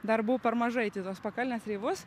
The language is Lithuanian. dar buvau per maža eit į tuos pakalnės reivus